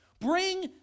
Bring